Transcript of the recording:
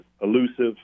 elusive